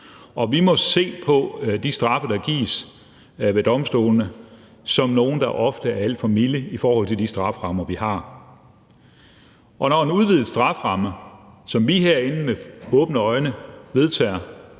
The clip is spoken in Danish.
Og vi må se på de straffe, der gives ved domstolene, som nogle, der ofte er alt for milde i forhold til de strafferammer, vi har. Og når en udvidet strafferamme, som vi herinde med åbne øjne vedtager,